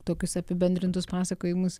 tokius apibendrintus pasakojimus